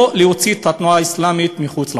להוציא את התנועה האסלאמית מחוץ לחוק.